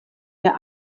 der